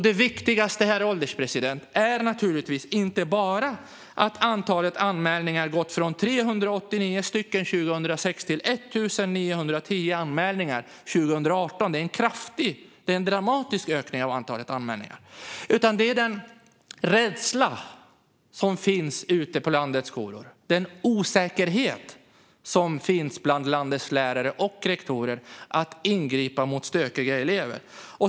Det viktigaste, herr ålderspresident, är naturligtvis inte att antalet anmälningar gått från 389 år 2006 till 1 910 år 2018 - en dramatisk ökning - utan den rädsla som finns ute på landets skolor, den osäkerhet som finns bland landets lärare och rektorer när det gäller att ingripa mot stökiga elever.